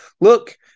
look